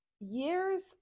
years